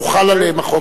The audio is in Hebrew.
הוחל עליהם החוק הזה.